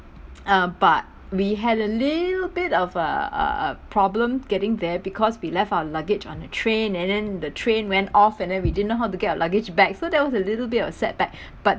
uh but we had a little bit of a a a problem getting there because we left our luggage on the train and then the train went off and then we didn't know how to get our luggage back so that was a little bit of setback but